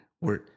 We're-